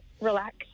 relax